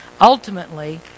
ultimately